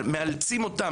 הם קיבלו את המיטות.